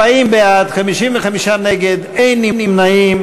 40 בעד, 55 נגד, אין נמנעים.